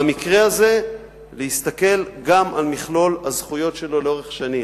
במקרה הזה להסתכל גם על מכלול הזכויות שלו לאורך שנים,